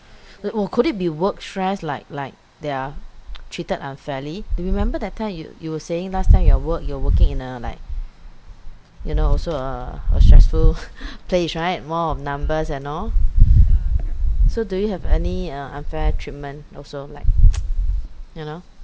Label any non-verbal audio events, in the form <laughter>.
oh could it be work stress like like they're <noise> treated unfairly you remember that time you you were saying last time your work you are working in a like you know also a a stressful <laughs> place right more on numbers and all so do you have any uh unfair treatment also like <noise> you know